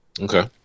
Okay